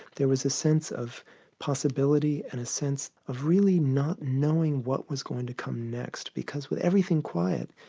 there was a sense of possibility and a sense of really not knowing what was going to come next because with everything quiet,